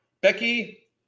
Becky